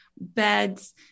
beds